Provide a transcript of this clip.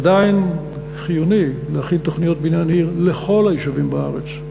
עדיין חיוני להכין תוכניות בניין עיר לכל היישובים בארץ.